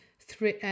three